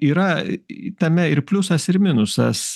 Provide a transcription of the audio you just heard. yra tame ir pliusas ir minusas